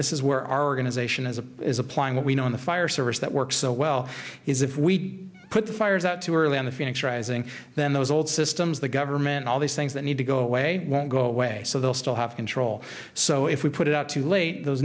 this is where our organization as it is applying what we know in the fire service that works so well is if we put the fires out too early on the phoenix rising then those old systems the government all these things that need to go away won't go away so they'll still have control so if we put it out too late those